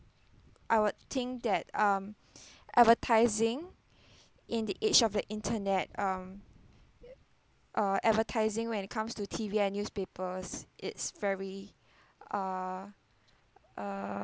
I would think that um advertising in the age of the internet um uh advertising when it comes to T_V and newspapers it's very uh uh